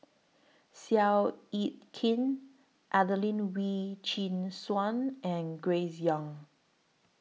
Seow Yit Kin Adelene Wee Chin Suan and Grace Young